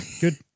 Good